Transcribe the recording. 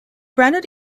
branded